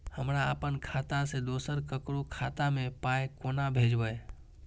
हमरा आपन खाता से दोसर ककरो खाता मे पाय कोना भेजबै?